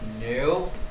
No